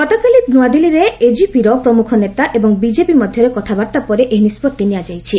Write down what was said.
ଗତକାଲି ନୁଆଦିଲ୍ଲୀରେ ଏଜିପିର ପ୍ରମୁଖ ନେତା ଏବଂ ବିଜେପି ମଧ୍ୟରେ କଥାବାର୍ତ୍ତା ପରେ ଏହି ନିଷ୍ପଭି ନିଆଯାଇଛି